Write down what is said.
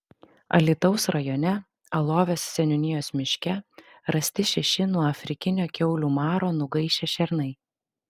alytaus rajone alovės seniūnijos miške rasti šeši nuo afrikinio kiaulių maro nugaišę šernai